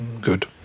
good